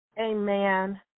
Amen